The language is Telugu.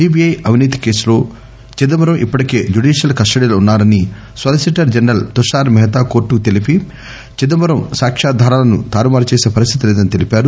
సిబిఐ అవినీతి కేసులో చిదంబరం ఇప్పటికే జుడిషియల్ కస్టడీలో వున్సా రని సొలిసిటర్ జనరల్ తుషార్ మెహతా కోర్లుకు తెలిపి చిదంబరం సాక్ష్యాధారాలను తారుమారు చేసే పరిస్థితి లేదని తెలిపారు